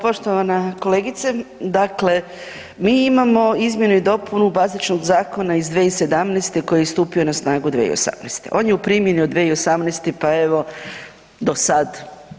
Poštovana kolegice, dakle mi imamo izmjene i dopunu bazičnog zakona iz 2017. koji je stupio na snagu 2018., on je u primjeni od 2018. pa evo do sada.